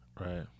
Right